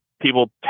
people